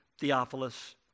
theophilus